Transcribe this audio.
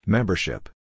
Membership